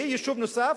וגם יישוב נוסף,